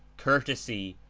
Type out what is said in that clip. courtesy,